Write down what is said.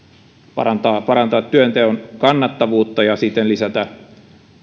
parantaa parantaa työnteon kannattavuutta ja siten lisätä